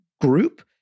group